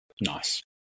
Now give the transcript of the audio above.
Nice